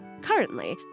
Currently